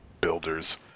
builders